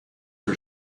are